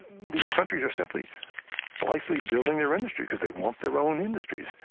these countries are simply blithely building their industry, because they want their own industries.